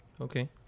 Okay